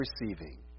receiving